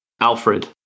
Alfred